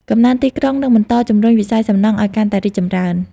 កំណើនទីក្រុងនឹងបន្តជំរុញវិស័យសំណង់ឱ្យកាន់តែរីកចម្រើន។